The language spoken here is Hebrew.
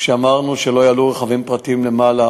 כשאמרנו שלא יעלו רכבים פרטיים למעלה,